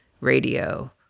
radio